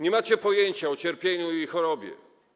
Nie macie pojęcia o cierpieniu i chorobie.